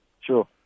Sure